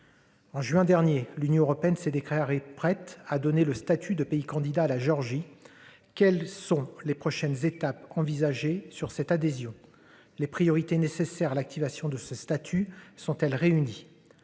En juin dernier, l'Union européenne ces décrets re-prête à donner le statut de pays candidat à la Géorgie. Quelles sont les prochaines étapes envisagée sur cette adhésion les priorités nécessaires l'activation de ce statut sont-elles réunies.